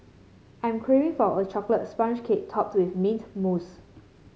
I am craving for a chocolate sponge cake topped with mint mousse